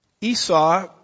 Esau